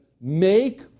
make